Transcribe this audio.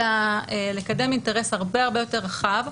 אלא לקדם אינטרס הרבה-הרבה יותר רחב.